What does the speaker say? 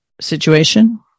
situation